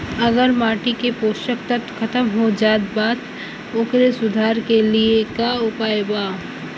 अगर माटी के पोषक तत्व खत्म हो जात बा त ओकरे सुधार के लिए का उपाय बा?